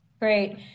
Great